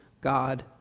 God